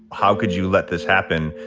how could you let this happen,